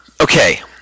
Okay